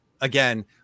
again